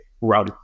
run